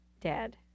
dad